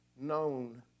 known